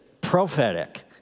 prophetic